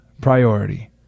priority